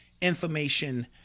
information